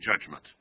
judgment